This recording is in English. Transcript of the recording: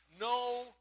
No